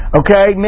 okay